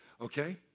Okay